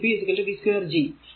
അല്ലെങ്കിൽ p v2 G